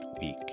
week